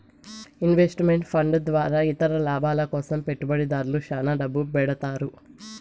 invest meant fund ద్వారా ఇతర లాభాల కోసం పెట్టుబడిదారులు శ్యాన డబ్బు పెడతారు